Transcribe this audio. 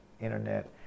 internet